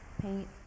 Paint